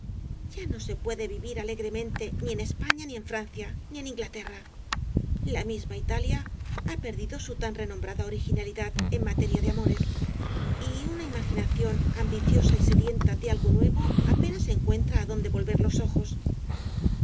ya no se puede vivir alegremente ni en españa ni en francia ni en inglaterra la misma italia ha perdido su tan renombrada originalidad en materia de amores y una imaginación rosalía de castro ambiciosa y sedienta de algo nuevo apenas encuentra adonde volver los ojos algo